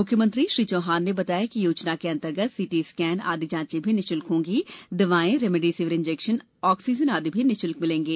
मुख्यमंत्री श्री चौहान ने बताया कि योजना के अंतर्गत सीटी स्केन आदि जाँचें भी निशुल्क होंगी तथा दवाएँ रेमडेसिविर इंजेक्शन ऑक्सीजन आदि भी निःशुल्क मिलेंगे